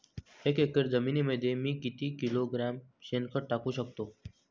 एक एकर जमिनीमध्ये मी किती किलोग्रॅम शेणखत टाकू शकतो?